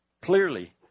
clearly